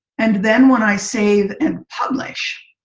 and then when i save and publish